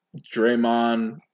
Draymond